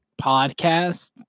podcast